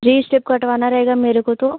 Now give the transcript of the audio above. three step कटवाना रहेगा मेरे को तो